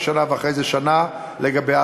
אני חושב,